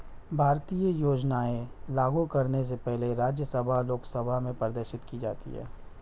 भारतीय योजनाएं लागू करने से पहले राज्यसभा लोकसभा में प्रदर्शित की जाती है